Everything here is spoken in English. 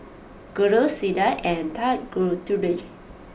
Guru Suda and Tanguturi